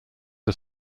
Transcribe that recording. are